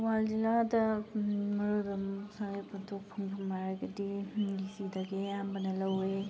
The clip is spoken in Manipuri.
ꯊꯧꯕꯥꯜ ꯖꯤꯜꯂꯥꯗ ꯃꯔꯨ ꯑꯣꯏꯕ ꯄꯣꯠꯊꯣꯛ ꯐꯪꯐꯝ ꯍꯥꯏꯔꯒꯗꯤ ꯁꯤꯗꯒꯤ ꯑꯌꯥꯝꯕꯅ ꯂꯧꯋꯤ